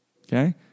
Okay